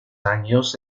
años